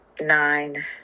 nine